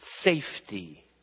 safety